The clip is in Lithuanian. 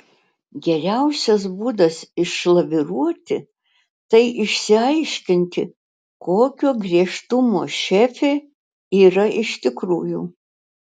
geriausias būdas išlaviruoti tai išsiaiškinti kokio griežtumo šefė yra iš tikrųjų